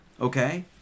okay